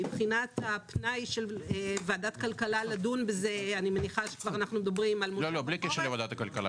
מבחינת הפנאי של ועדת הכלכלה לדון בזה --- בלי קשר לוועדת הכלכלה.